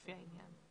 לפי העניין."